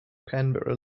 canberra